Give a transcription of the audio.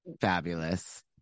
Fabulous